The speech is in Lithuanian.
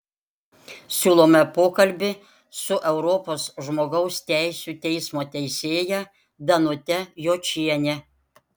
siūlome pokalbį su europos žmogaus teisių teismo teisėja danute jočiene